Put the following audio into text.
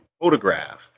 photograph